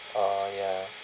orh ya